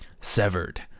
severed